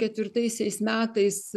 ketvirtaisiais metais